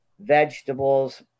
vegetables